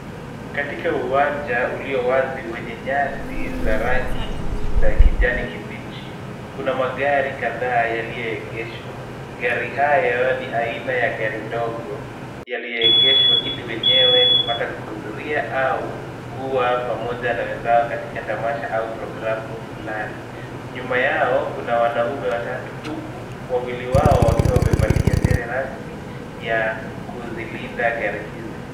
Katika uwanja ulio wazi wenye nyasi za rangi za kijani kibichi. Kuna magari kadhaa yaliyoegeshwa. Gari haya ni aina ya gari ndogo yaliyoegeshwa ili wenyewe kupata kuhudhuria au kuwa pamoja na wenzao katika tamasha au programu fulani. Nyuma yao kuna wanaume watatu huku wawili wao wakiwa wamevalia sare rasmi ya kuzilinda gari hizi.